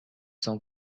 sont